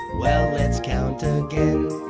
well, let's count ah again.